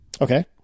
Okay